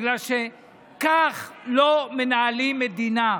בגלל שכך לא מנהלים מדינה,